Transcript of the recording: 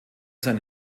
sein